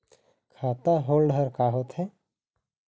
खाता होल्ड हर का होथे?